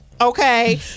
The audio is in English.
Okay